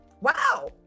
Wow